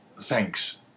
thanks